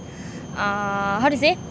uh how to say